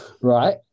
Right